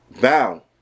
bow